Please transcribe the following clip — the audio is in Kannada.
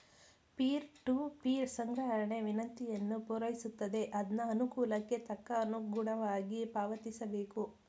ಪೀರ್ ಟೂ ಪೀರ್ ಸಂಗ್ರಹಣೆ ವಿನಂತಿಯನ್ನು ಪೂರೈಸುತ್ತದೆ ಅದ್ನ ಅನುಕೂಲಕ್ಕೆ ತಕ್ಕ ಅನುಗುಣವಾಗಿ ಪಾವತಿಸಬೇಕು